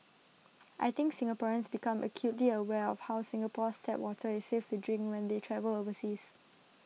I think Singaporeans become acutely aware of how Singapore's tap water is safes to drink when they travel overseas